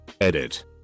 Edit